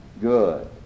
good